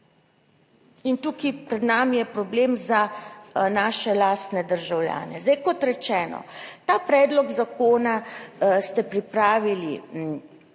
In tukaj pred nami je problem za naše lastne državljane. Zdaj, kot rečeno, ta predlog zakona ste pripravili v